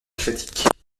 critique